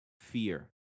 fear